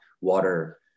water